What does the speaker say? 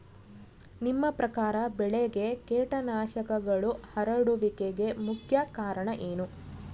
ನಿಮ್ಮ ಪ್ರಕಾರ ಬೆಳೆಗೆ ಕೇಟನಾಶಕಗಳು ಹರಡುವಿಕೆಗೆ ಮುಖ್ಯ ಕಾರಣ ಏನು?